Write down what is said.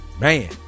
man